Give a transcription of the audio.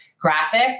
graphic